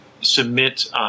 submit